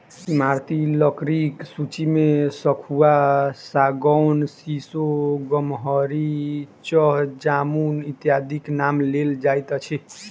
ईमारती लकड़ीक सूची मे सखुआ, सागौन, सीसो, गमहरि, चह, जामुन इत्यादिक नाम लेल जाइत अछि